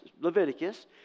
Leviticus